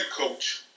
Coach